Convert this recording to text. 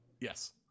Yes